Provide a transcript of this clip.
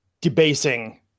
debasing